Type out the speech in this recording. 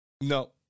No